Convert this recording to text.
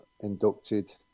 inducted